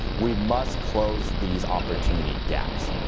we must close these opportunity gaps.